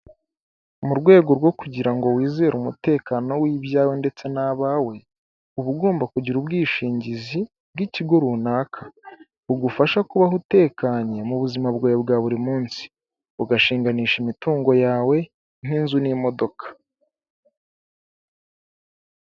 Mu rwego rwo kugira ngo wizere umutekano w'ibyawe ndetse n'abawe, uba ugomba kugira ubwishingizi bw'ikigo runaka bugufasha kubaho utekanye mu buzima bwawe bwa buri munsi ugashinganisha imitungo yawe nk'inzu n'imodoka.